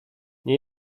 nie